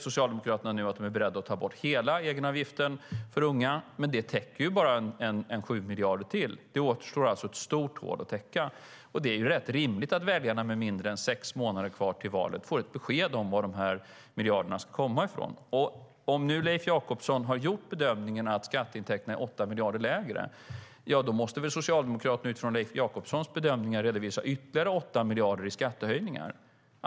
Socialdemokraterna säger nu att de är beredda att ta bort hela egenavgiften för unga. Men det täcker bara 7 miljarder. Det återstår alltså ett stort hål att täcka. Det är rätt rimligt att väljarna med mindre än sex månader kvar till valet får ett besked om varifrån de miljarderna ska komma. Om nu Leif Jakobsson har gjort bedömningen att skatteintäkterna är 8 miljarder lägre måste väl Socialdemokraterna utifrån Leif Jakobssons bedömningar redovisa ytterligare 8 miljarder i skattehöjningar.